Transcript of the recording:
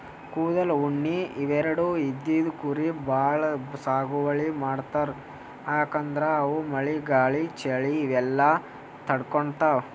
ಕೂದಲ್, ಉಣ್ಣಿ ಇವೆರಡು ಇದ್ದಿದ್ ಕುರಿ ಭಾಳ್ ಸಾಗುವಳಿ ಮಾಡ್ತರ್ ಯಾಕಂದ್ರ ಅವು ಮಳಿ ಗಾಳಿ ಚಳಿ ಇವೆಲ್ಲ ತಡ್ಕೊತಾವ್